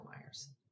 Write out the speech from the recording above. Myers